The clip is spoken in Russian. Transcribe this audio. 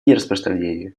нераспространения